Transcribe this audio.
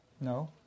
No